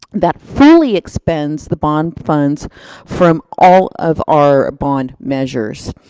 that fully expends the bond funds from all of our bond measures.